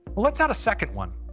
let's add a second one.